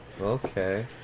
okay